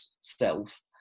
self